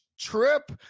trip